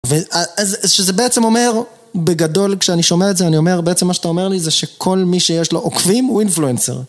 שזה בעצם אומר, בגדול כשאני שומע את זה אני אומר, בעצם מה שאתה אומר לי זה שכל מי שיש לו עוקבים הוא אינפלוונצר.